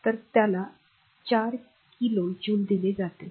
तर त्याला 4 kil0 kilo joule दिले जाते